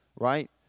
right